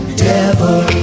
devil